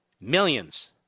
millions